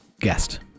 Guest